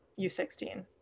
U16